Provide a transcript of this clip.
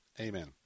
Amen